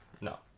No